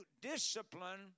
discipline